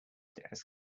desk